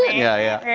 yeah, yeah.